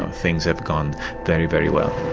and things have gone very, very well.